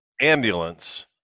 ambulance